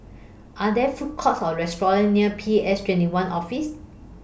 Are There Food Courts Or restaurants near P S twenty one Office